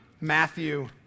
Matthew